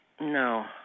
No